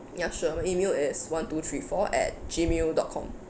ya sure my email is one two three four at Gmail dot com